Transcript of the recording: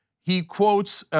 he quotes